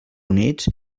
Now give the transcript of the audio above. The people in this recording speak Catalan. units